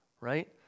right